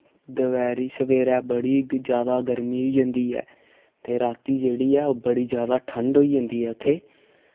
दपैह्री सवेरै बड़ी गै जैदा गर्मी होई जन्दी ऐ ते रातीं जेह्ड़ी ऐ ओह् बड़ी जैदा ठंड होई जन्दी ऐ उत्थै